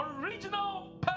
original